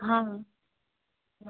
हँ